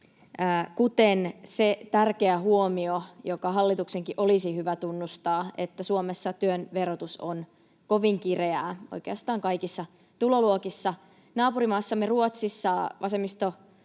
kuten se tärkeä huomio, joka hallituksenkin olisi hyvä tunnustaa, että Suomessa työn verotus on kovin kireää oikeastaan kaikissa tuloluokissa. Naapurimaassamme Ruotsissa SDP-vetoinen